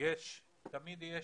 תמיד יש